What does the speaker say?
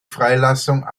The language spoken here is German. freilassung